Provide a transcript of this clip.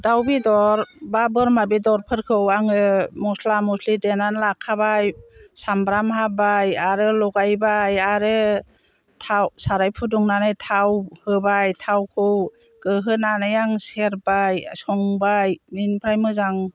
दाउ बेदर बा बोरमा बेदरफोरखौ आङो मस्ला मस्लि देनानै लाखाबाय सामब्राम हाबाय आरो लगायबाय आरो साराय फुदुंनानै थाव होबाय थावखौ गोहोनानै आं सेरबाय संबाय बेनिफ्राय मोजां